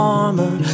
armor